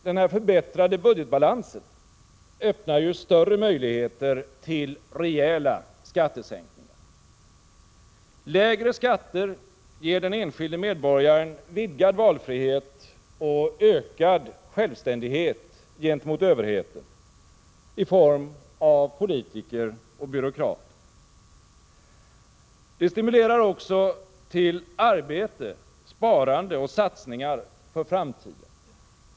Den förbättrade budgetbalansen öppnar större möjligheter till rejäla skattesänkningar. Lägre skatter ger den enskilde medborgaren vidgad valfrihet och ökad självständighet gentemot överheten i form av politiker och byråkrater. Det stimulerar också till arbete, sparande och satsningar för framtiden.